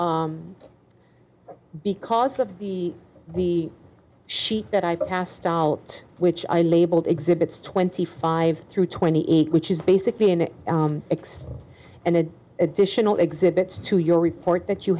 years because of the the sheet that i passed out which i labeled exhibits twenty five through twenty eight which is basically an x and an additional exhibits to your report that you